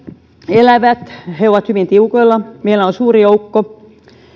elävät ovat hyvin tiukoilla meillä on suuri joukko